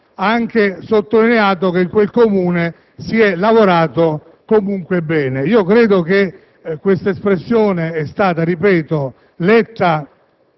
anche sottolineato che in quel Comune si è lavorato comunque bene. Credo che tale espressione sia stata letta